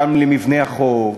גם למבנה החוב,